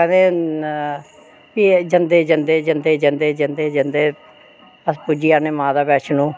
कदें जंदे जंदे अस पुज्जी जन्ने माता वैष्णो